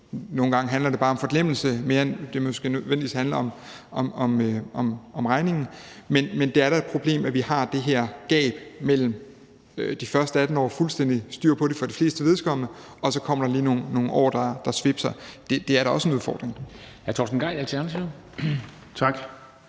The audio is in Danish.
Nogle gange handler det bare mere om forglemmelse, end det nødvendigvis handler om regningen, men det er da et problem, at vi har det her gab mellem de første 18 år, hvor der er fuldstændig styr på det for de flestes vedkommende, og så kommer der lige nogle år, hvor det svipser. Det er da også en udfordring.